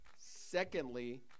Secondly